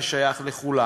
ששייך לכולנו.